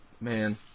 Man